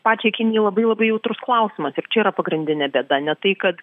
pačiai kinijai labai labai jautrus klausimas ir čia yra pagrindinė bėda ne tai kad